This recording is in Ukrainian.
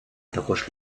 також